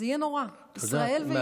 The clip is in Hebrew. וזה יהיה נורא, ישראל ויהודה.